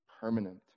permanent